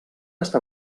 està